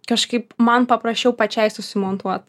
kažkaip man paprasčiau pačiai susimontuot